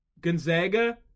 Gonzaga